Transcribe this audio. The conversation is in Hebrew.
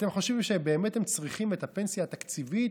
אתם חושבים שבאמת הם צריכים את הפנסיה התקציבית,